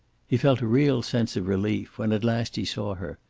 he felt a real sense of relief, when at last he saw her,